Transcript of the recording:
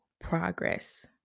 Progress